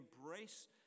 embrace